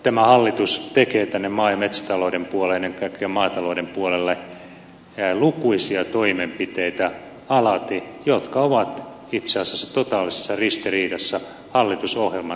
tämä hallitus tekee tänne maa ja metsätalouden puolelle ennen kaikkea maatalouden puolelle lukuisia toimenpiteitä alati jotka ovat itse asiassa totaalisessa ristiriidassa hallitusohjelman tavoitteitten kanssa